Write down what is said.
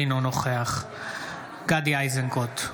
אינו נוכח גדי איזנקוט,